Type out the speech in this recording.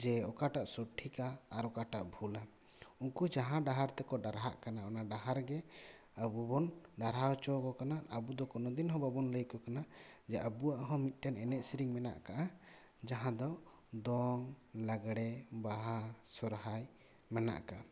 ᱡᱮ ᱚᱠᱟᱴᱟᱜ ᱥᱚᱴᱷᱤᱠᱟ ᱟᱨ ᱚᱠᱟᱴᱟᱜ ᱵᱷᱩᱞᱟ ᱩᱱᱠᱩ ᱡᱟᱦᱟᱸ ᱰᱟᱦᱟᱨ ᱛᱮᱠᱚ ᱰᱟᱨᱦᱟ ᱠᱟᱱᱟ ᱚᱱᱟ ᱰᱟᱦᱟᱨ ᱜᱮ ᱟᱵᱚᱵᱚᱱ ᱰᱟᱨᱦᱟᱣ ᱦᱚᱪᱚ ᱟᱠᱚ ᱠᱟᱱᱟ ᱟᱵᱚᱫᱚ ᱠᱳᱱᱳᱫᱤᱱ ᱦᱚᱸ ᱵᱟᱵᱚᱱ ᱞᱟᱹᱭᱟᱠᱚ ᱠᱟᱱᱟ ᱡᱮ ᱟᱵᱚᱣᱟᱜ ᱦᱚᱸ ᱮᱱᱮᱡ ᱥᱮᱨᱮᱧ ᱢᱮᱱᱟᱜ ᱟᱠᱟᱫᱟ ᱡᱟᱦᱟᱫᱚ ᱫᱚᱝ ᱞᱟᱜᱽᱲᱮ ᱵᱟᱦᱟ ᱥᱚᱦᱚᱨᱟᱭ ᱢᱮᱱᱟᱜ ᱟᱠᱟᱫᱟ